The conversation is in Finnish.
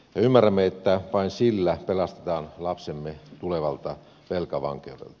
ymmärrämme että vain sillä pelastamme lapsemme tulevalta velkavankeudelta